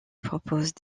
propose